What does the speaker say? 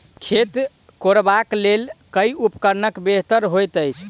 खेत कोरबाक लेल केँ उपकरण बेहतर होइत अछि?